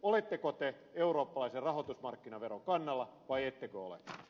oletteko te eurooppalaisen rahoitusmarkkinaveron kannalla vai ettekö ole